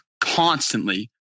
constantly